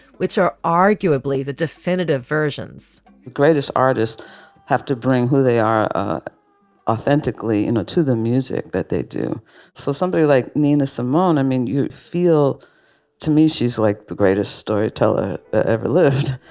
which are arguably the definitive versions the greatest artists have to bring who they are authentically into you know to the music that they do so somebody like nina simone, i mean, you feel to me she's like the greatest storyteller ever lift,